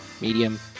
medium